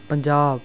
Punjab